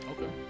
Okay